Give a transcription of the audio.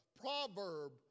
proverb